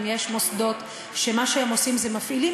אם יש מוסדות שמה שהם עושים זה מפעילים